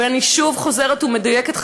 ואני שוב חוזרת ומדייקת,